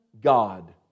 God